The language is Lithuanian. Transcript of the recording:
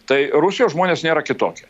tai rusijos žmonės nėra kitokie